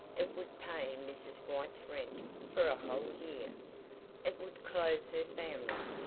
it would pay mrs. white's rent for a whole year it would clothe her family,